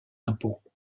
impôts